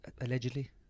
Allegedly